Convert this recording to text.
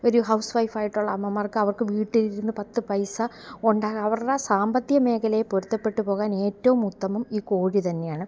ഒരു ഹൗസ് വൈഫായിട്ടുള്ള അമ്മമാർക്ക് അവർക്ക് വീട്ടിലിരുന്ന് പത്ത് പൈസ ഉണ്ടാ അവരുടെ സാമ്പത്തിക മേഖലയിൽ പൊരുത്തപ്പെട്ടു പോകാൻ ഏറ്റവും ഉത്തമം ഈ കോഴി തന്നെയാണ്